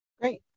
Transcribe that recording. Great